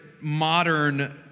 modern